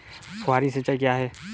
फुहारी सिंचाई क्या है?